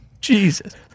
Jesus